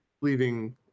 leaving